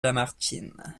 lamartine